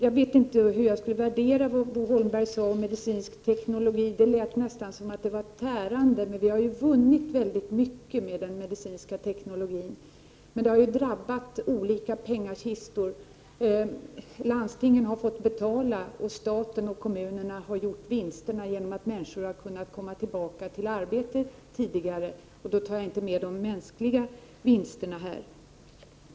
Jag vet inte hur jag skall värdera vad Bo Holmberg sade om medicinsk teknologi — det lät nästan som om den var tärande. Mycket har vunnits med den medicinska teknologin, men det har drabbat olika pengakistor. Landstingen har fått betala, och staten och kommunerna har gjort vinsterna genom att människor har kunnat komma tillbaka till arbetet tidigare — då tar jag alltså inte med de mänskliga vinsterna.